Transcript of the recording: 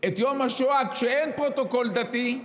את יום השואה, כשאין פרוטוקול דתי,